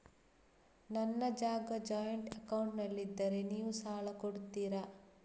ನನ್ನ ಜಾಗ ಜಾಯಿಂಟ್ ಅಕೌಂಟ್ನಲ್ಲಿದ್ದರೆ ನೀವು ಸಾಲ ಕೊಡ್ತೀರಾ?